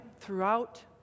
throughout